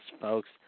folks